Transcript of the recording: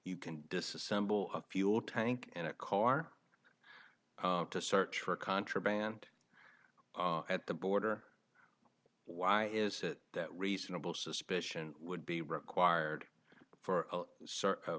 you can disassemble a fuel tank and a car to search for contraband at the border why is it that reasonable suspicion would be required for